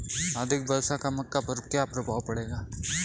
अधिक वर्षा का मक्का पर क्या प्रभाव पड़ेगा?